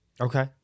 Okay